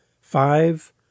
five